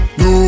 no